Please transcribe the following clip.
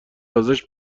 ازش